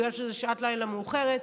בגלל שזאת שעת לילה מאוחרת,